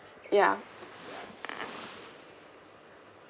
ya